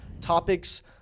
topics